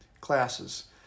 classes